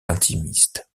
intimiste